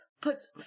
puts